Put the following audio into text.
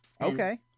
Okay